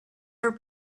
are